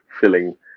filling